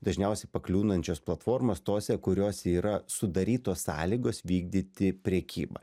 dažniausiai pakliūnančios platformos tose kuriose yra sudarytos sąlygos vykdyti prekybą